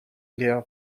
leer